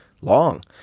Long